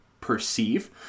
perceive